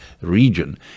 region